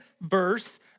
verse